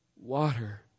water